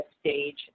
stage